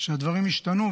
שהדברים ישתנו,